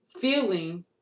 feeling